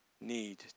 need